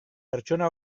pertsona